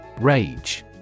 Rage